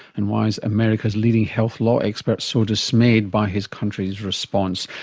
and why is america's leading health law expert so dismayed by his country's response?